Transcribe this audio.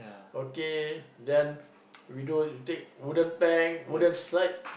okay then we do we take wooden pan wooden slide